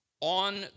on